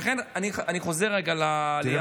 לכן אני חוזר רגע להדרגתית.